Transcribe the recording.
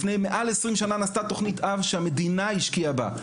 לפני מעל 20 שנה נעשתה תוכנית אב שהמדינה השקיעה בה,